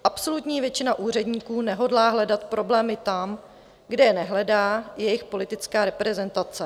Absolutní většina úředníků nehodlá hledat problémy tam, kde je nehledá jejich politická reprezentace.